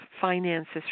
finances